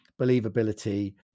believability